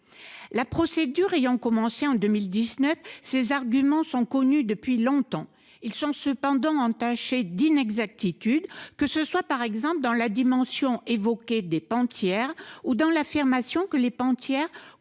La procédure ayant commencé en 2019, ses arguments sont connus depuis longtemps. Ils sont cependant entachés d’inexactitudes, que ce soit, par exemple, dans la dimension évoquée des pantières ou dans l’affirmation que ces pantières